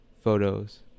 photos